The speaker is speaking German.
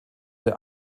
der